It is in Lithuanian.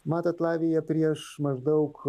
matot latvija prieš maždaug